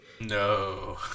No